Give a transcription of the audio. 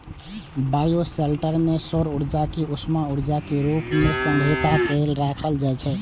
bioshelter मे सौर ऊर्जा कें उष्मा ऊर्जा के रूप मे संग्रहीत कैर के राखल जाइ छै